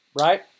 right